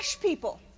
people